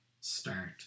start